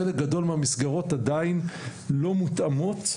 וחלק גדול מהמסגרות עדיין לא מותאמות.